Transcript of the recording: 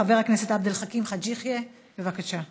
חבר הכנסת עבד אל חכים חאג' יחיא, בבקשה.